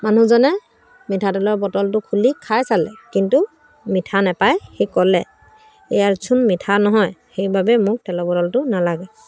মানুহজনে মিঠাতেলৰ বটলটো খুলি খাই চালে কিন্তু মিঠা নাপায় সি ক'লে ইয়াত চোন মিঠা নহয় সেইবাবে মোক তেলৰ বটলটো নালাগে